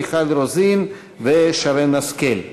מיכל רוזין ושרן השכל.